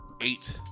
Eight